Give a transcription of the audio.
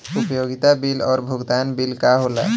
उपयोगिता बिल और भुगतान बिल का होला?